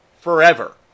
forever